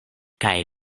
kaj